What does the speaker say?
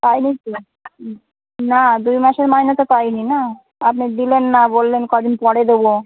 তাই নাকি না দুই মাসের মাইনে তো পাই নি না আপনি দিলেন না বললেন ক দিন পরে দেবো